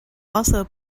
also